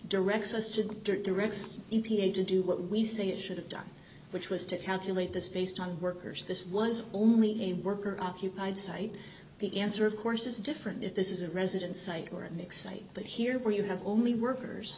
directs us to direct e p a to do what we say it should have done which was to calculate the space time workers this was only a worker occupied site the answer of course is different if this is a residence site or an exciting but here where you have only workers